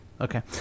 Okay